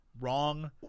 wrong